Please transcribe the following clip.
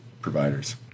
providers